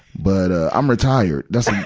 but, ah, i'm retired. that's like